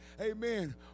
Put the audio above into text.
Amen